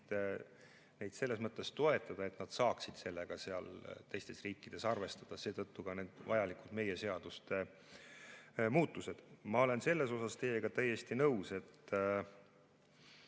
neid selles mõttes toetada, et nad saaksid sellega teistes riikides arvestada. Seetõttu ka need meie seaduste muudatused. Ma olen selles teiega täiesti nõus, et